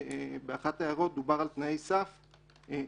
באחת ההערות דובר על תנאי סף למשרה.